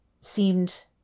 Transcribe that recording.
seemed